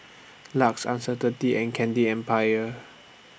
LUX and Certainty and Candy Empire